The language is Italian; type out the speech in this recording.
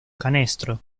canestro